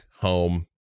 home